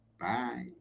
Bye